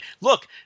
Look